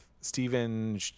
Stephen